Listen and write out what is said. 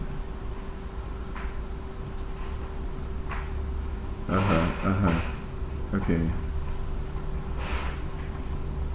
(uh huh) (uh huh) okay